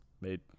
made